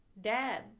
dad